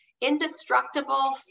indestructible